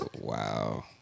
Wow